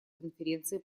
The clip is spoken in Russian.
конференции